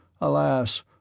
Alas